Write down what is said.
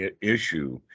issue